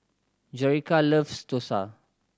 Jerica loves dosa